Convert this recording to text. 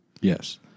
Yes